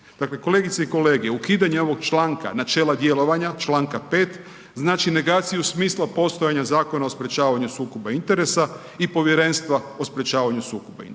Dakle, kolegice i kolege, ukidanje ovog članka načela djelovanja, čl. 5. znači negaciju smisla postojanja Zakona o sprječavanju sukoba interesa i povjerenstva o sprječavanju sukoba interesa.